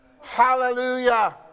Hallelujah